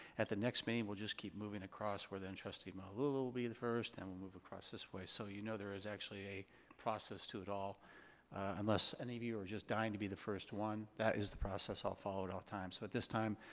at the next meeting, we'll just keep moving across where then trustee malauulu will be the first then and we'll move across this way. so you know there is actually a process to it all unless any of you are just dying to be the first one. that is the process i'll follow at all times. so at this time,